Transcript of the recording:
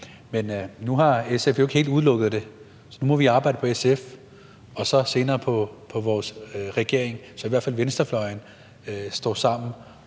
men nu har SF jo ikke helt udelukket det. Nu må vi arbejde på SF og så senere på vores regering, så i hvert fald venstrefløjen står sammen